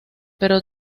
pero